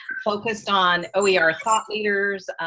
focused on oer thought leaders,